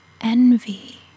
envy